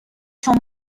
چون